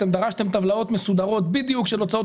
אתם דרשתם טבלאות מסודרות בדיוק של הוצאות